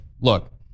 look